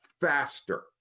faster